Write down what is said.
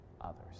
others